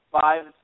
five